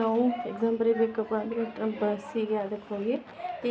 ನಾವು ಎಗ್ಸಾಮ್ ಬರಿಬೇಕಪ್ಪ ಅಂದರೆ ನಾವು ಬಸ್ಸಿಗೆ ಅದಕ್ಕೆ ಹೋಗಿ